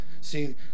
See